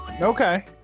Okay